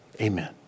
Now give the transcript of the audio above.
Amen